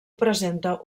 presenta